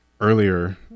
earlier